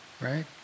right